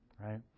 right